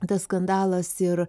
tas skandalas ir